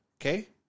okay